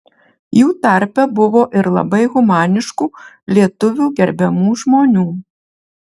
jų tarpe buvo ir labai humaniškų lietuvių gerbiamų žmonių